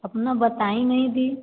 अपना बताई नहीं दी